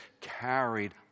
carried